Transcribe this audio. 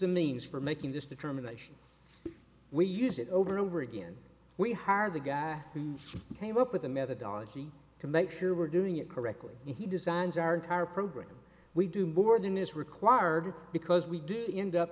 the means for making this determination we use it over and over again we hire the guy who came up with the methodology to make sure we're doing it correctly and he designs our entire program we do more than is required because we do end up